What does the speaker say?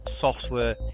software